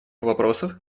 вопросах